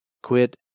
quit